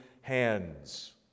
hands